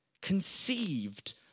conceived